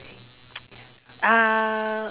uh